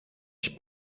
ich